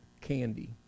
candy